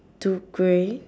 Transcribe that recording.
two grey